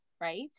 right